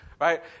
right